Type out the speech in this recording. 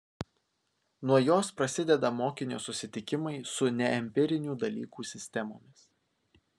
nuo jos prasideda mokinio susitikimai su neempirinių dalykų sistemomis